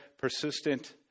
persistent